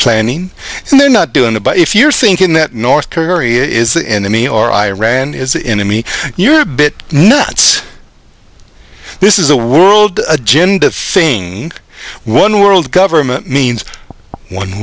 planning and they're not doing that but if you're thinking that north korea is the enemy or iran is the enemy you're a bit nuts this is a world agenda saying one world government means one